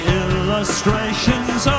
illustrations